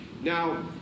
Now